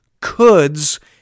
coulds